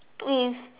with